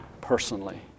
personally